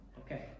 Okay